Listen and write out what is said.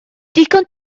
digon